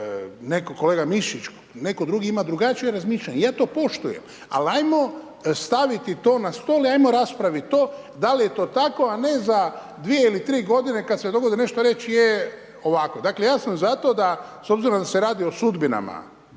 netko, kolega Mišić, netko drugi imati drugačije razmišljanje i ja to poštujem ali ajmo staviti to na stol i ajmo raspraviti to, da li je to tako a ne za 2 ili 3 godine kada se dogodi nešto reći je, ovako. Dakle ja sam za to s obzirom da se radi o sudbinama